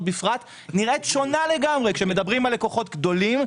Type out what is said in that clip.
בפרט נראית שונה לגמרי כשמדברים על לקוחות גדולים,